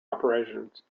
operations